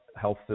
health